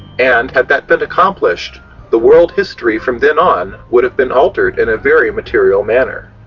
and had that been accomplished the world history from then on would have been altered in a very material manner.